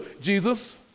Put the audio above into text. Jesus